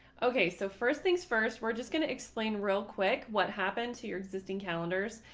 ok, so first things first. we're just going to explain real quick what happened to your existing calendars.